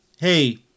hey